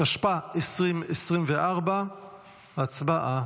התשפ"ה 2024. הצבעה.